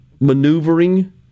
maneuvering